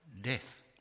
death